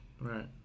right